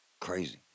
Crazy